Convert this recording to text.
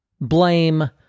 blame